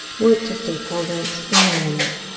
work to stay present in the moment.